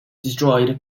destroyed